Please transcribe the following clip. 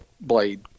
blade